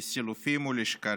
לסילופים ולשקרים,